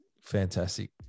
fantastic